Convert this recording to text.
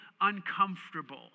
uncomfortable